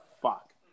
fuck